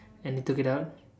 and they took it out